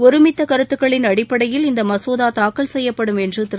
ஒருமித்த கருத்துக்களின் அடிப்படையில் இந்த மசோதா தாக்கல் செய்யப்படும் என்று திரு